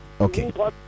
okay